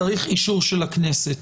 צריך אישור של הכנסת,